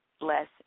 less